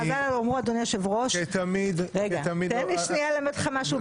אדוני היושב-ראש תן לי ללמד אותך משהו בחז"ל.